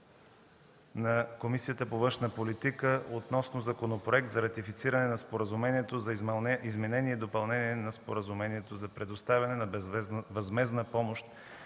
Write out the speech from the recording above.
на Комисията по външна политика относно Законопроект за ратифициране на Споразумението за изменение и допълнение на Споразумението за предоставяне на безвъзмездна помощ